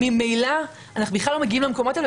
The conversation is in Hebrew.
ממילא אנחנו בכלל לא מגיעים למקומות האלה.